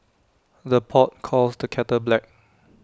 the pot calls the kettle black